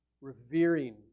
revering